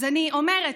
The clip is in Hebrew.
אז אני אומרת,